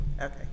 Okay